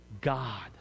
God